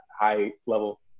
high-level